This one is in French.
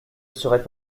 seraient